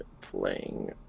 playing